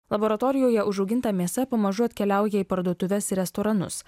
laboratorijoje užauginta mėsa pamažu atkeliauja į parduotuves ir restoranus